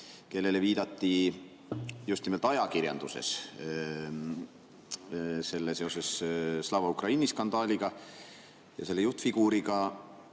kellele viidati just nimelt ajakirjanduses seoses Slava Ukraini skandaaliga ja selle juhtfiguuriga.